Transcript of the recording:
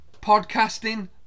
podcasting